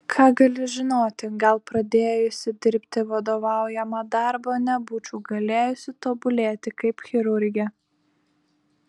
ką gali žinoti gal pradėjusi dirbti vadovaujamą darbą nebūčiau galėjusi tobulėti kaip chirurgė